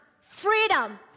Freedom